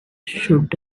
should